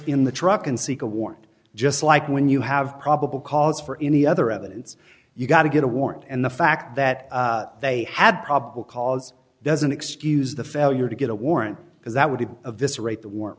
in the truck and seek a warrant just like when you have probable cause for any other evidence you've got to get a warrant and the fact that they had probable cause doesn't excuse the failure to get a warrant because that would be of this rate the w